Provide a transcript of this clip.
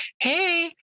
Hey